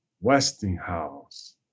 Westinghouse